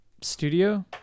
Studio